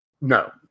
No